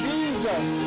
Jesus